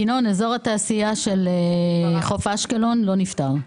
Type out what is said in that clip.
ינון, אזור התעשייה של חוף אשקלון לא נפתר.